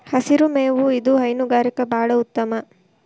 ಹಸಿರು ಮೇವು ಇದು ಹೈನುಗಾರಿಕೆ ಬಾಳ ಉತ್ತಮ